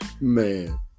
Man